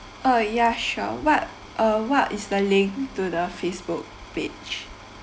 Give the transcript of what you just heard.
oh ya sure what uh what is the link to the Facebook page